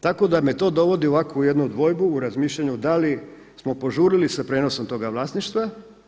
Tako da me to dovodi u ovakvu jednu dvojbu u razmišljanju da li smo požurili sa prijenosom toga vlasništva.